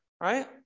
right